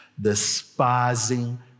despising